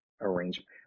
arrangement